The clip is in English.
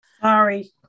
Sorry